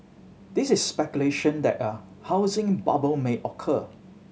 there is speculation that a housing bubble may occur